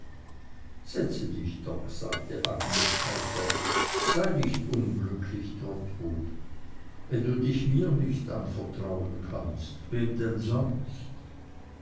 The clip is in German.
setz dich doch sagte agnes heiter sei nicht unglücklich trotwood wenn du dich mir nicht anvertrauen kannst wem denn sonst